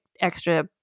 extra